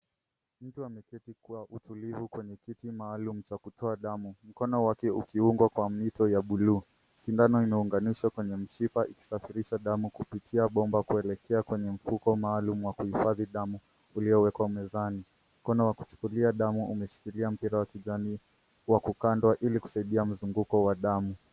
Mtu ameketi kwa utulivu kwenye kiti maalum cha kutoa damu mkono wake ukiungwa kwa mwito ya bluu sindano imeunganishwa kwenye mshipa ikisafirisha damu kupitia bomba kuelekea kwenye mfuko maalum wa kuhifadhi damu uliowekwa mezani. Mkono wa kuchukulia damu umeshikilia mpira wa kijani wa kukandwa ili kusaidia mzunguko wa damu.